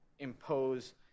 impose